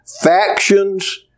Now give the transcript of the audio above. factions